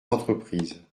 entreprises